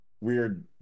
weird